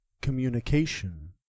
Communication